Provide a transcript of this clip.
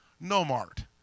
No-Mart